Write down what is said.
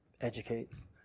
educates